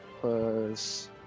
plus